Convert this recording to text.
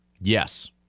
Yes